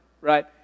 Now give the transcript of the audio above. right